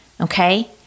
Okay